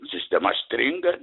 sistema stringa